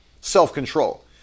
self-control